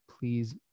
Please